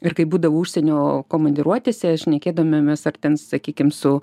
ir kai būdavau užsienio komandiruotėse šnekėdavomės ar ten sakykim su